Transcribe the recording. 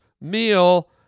meal